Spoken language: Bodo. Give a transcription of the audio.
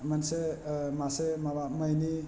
मोनसे मासे माबा मैनि